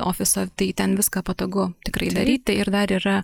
ofiso tai ten viską patogu tikrai daryti ir dar yra